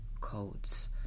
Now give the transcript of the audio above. codes